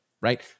Right